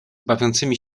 bawiącymi